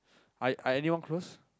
I I anyone close